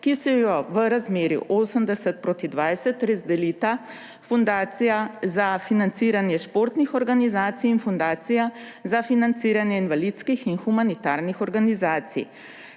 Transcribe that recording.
ki si jo v razmerju 80 : 20 razdelita Fundacija za financiranje športnih organizacij in Fundacija za financiranje invalidskih in humanitarnih organizacij.